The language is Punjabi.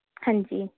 ਹਾਂਜੀ